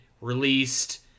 released